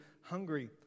hungry